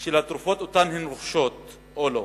של התרופות שהן רוכשות או לא,